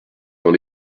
dans